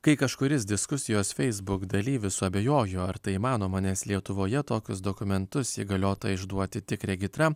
kai kažkuris diskusijos facebook dalyvis suabejojo ar tai įmanoma nes lietuvoje tokius dokumentus įgaliota išduoti tik regitra